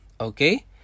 okay